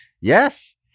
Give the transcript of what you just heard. yes